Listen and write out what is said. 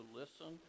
listen